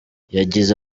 yagize